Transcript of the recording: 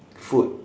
food